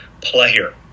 player